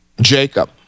Jacob